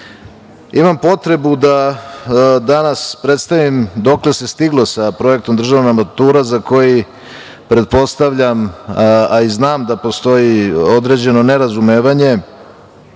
potrebu da danas predstavim dokle se stiglo sa projektom državne mature, za koji pretpostavljam i znam da postoji određeno nerazumevanje,